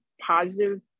positive